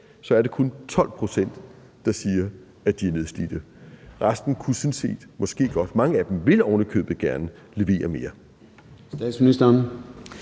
så kun er 12 pct., der siger, at de er nedslidte. Resten kunne måske sådan set godt, og mange af dem vil ovenikøbet gerne, levere mere.